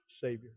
Savior